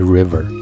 River